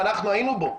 ואנחנו היינו בו,